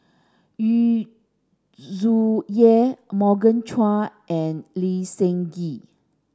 Yu Zhuye Morgan Chua and Lee Seng Gee